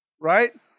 Right